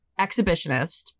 exhibitionist